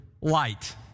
light